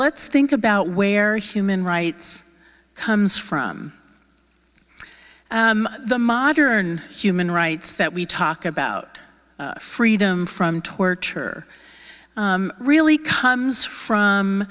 let's think about where human rights comes from and the modern human rights that we talk about freedom from torture really comes from